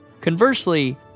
Conversely